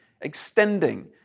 extending